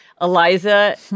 Eliza